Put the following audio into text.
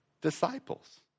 disciples